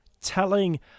telling